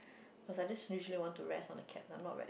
cause I just usually want to rest on the cabs I'm not very